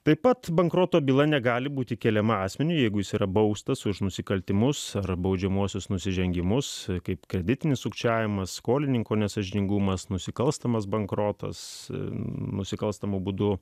taip pat bankroto byla negali būti keliama asmeniui jeigu jis yra baustas už nusikaltimus ar baudžiamuosius nusižengimus kaip kreditinį sukčiavimą skolininko nesąžiningumas nusikalstamas bankrotas nusikalstamu būdu